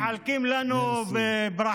שמחלקים לנו פרחים?